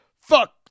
Fuck